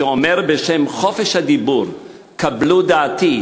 שאומר בשם חופש הדיבור: קבלו דעתי,